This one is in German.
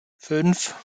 fünf